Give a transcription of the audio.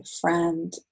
friend